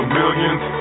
millions